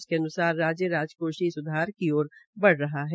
उन के अन्सार राज्य राजकोषीय स्धार की ओर बढ़ रहा है